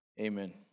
Amen